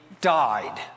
died